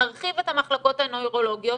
נרחיב את המחלקות הנוירולוגיות,